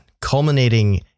culminating